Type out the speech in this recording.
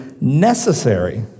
necessary